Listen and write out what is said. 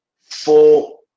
four